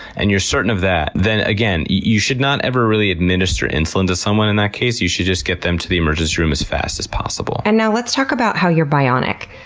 and you're certain of that, again, you should not ever really administer insulin to someone in that case. you should just get them to the emergency room as fast as possible. and now let's talk about how you're bionic.